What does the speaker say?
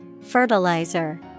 Fertilizer